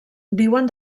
viuen